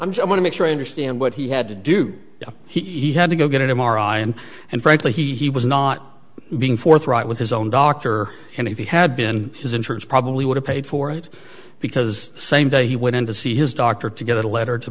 that i'm going to make sure i understand what he had to do he had to go get an m r i and and frankly he was not being forthright with his own doctor and if he had been his insurance probably would have paid for it because the same day he went in to see his doctor to get a letter to